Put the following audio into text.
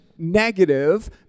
negative